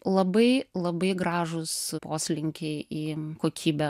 labai labai gražūs poslinkiai į kokybę